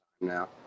now